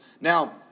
Now